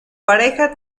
pareja